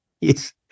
Yes